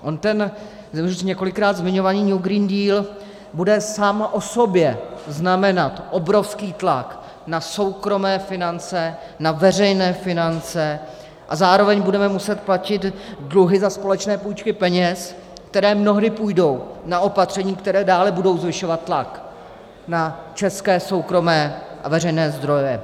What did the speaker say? On ten už několikrát zmiňovaný New Green Deal bude sám o sobě znamenat obrovský tlak na soukromé finance, na veřejné finance a zároveň budeme muset platit dluhy za společné půjčky peněz, které mnohdy půjdou na opatření, která dále budou zvyšovat tlak na české soukromé a veřejné zdroje.